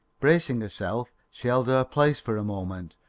bracing herself, she held her place for a moment,